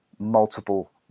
multiple